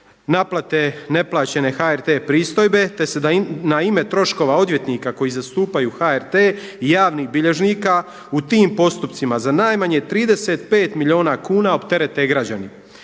naplate neplaćene HRT pristojbe, te se na ime troškova odvjetnika koji zastupaju HRT i javnih bilježnika u tim postupcima za najmanje 35 milijuna kuna opterete građani.